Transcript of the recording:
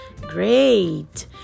great